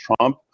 Trump